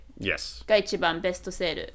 Yes